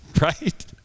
right